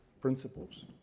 principles